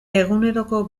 eguneroko